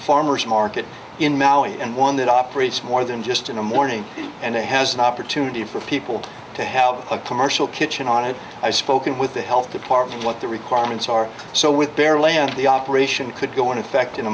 farmer's market in maui and one that operates more than just in the morning and it has an opportunity for people to have a commercial kitchen on it i've spoken with the health department what the requirements are so with their land the operation could go into effect in a